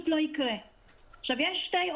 שבמידה ויש הרחבה של הלולים אז להתנות את זה רק בלולי מעוף.